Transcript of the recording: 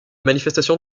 manifestations